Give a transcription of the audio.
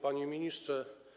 Panie Ministrze!